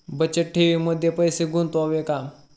बचत ठेवीमध्ये पैसे गुंतवावे का?